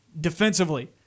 defensively